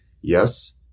Yes